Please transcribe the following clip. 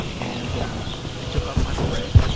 and i took off my beret